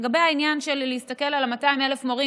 לגבי העניין של להסתכל על 200,000 המורים